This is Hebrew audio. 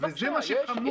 וזה מה שחמור בעניין הזה.